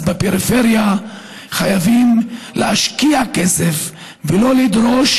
אז בפריפריה חייבים להשקיע כסף ולא לדרוש